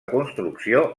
construcció